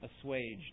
assuaged